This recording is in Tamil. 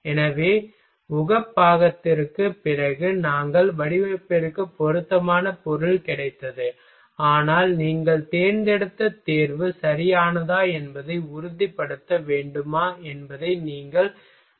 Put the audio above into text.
எனவே உகப்பாக்கத்திற்குப் பிறகு உங்கள் வடிவமைப்பிற்கு பொருத்தமான பொருள் கிடைத்தது ஆனால் நீங்கள் தேர்ந்தெடுத்த தேர்வு சரியானதா என்பதை உறுதிப்படுத்த வேண்டுமா என்பதை நீங்கள் சுருக்கமாக செய்ய வேண்டும்